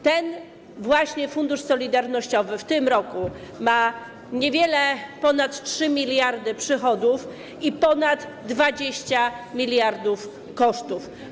Ten właśnie Fundusz Solidarnościowy w tym roku ma niewiele ponad 3 mld przychodów i ponad 20 mld kosztów.